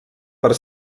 per